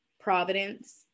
providence